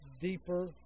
deeper